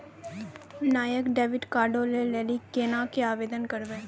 नयका डेबिट कार्डो लै लेली केना के आवेदन करबै?